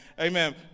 Amen